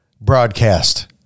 broadcast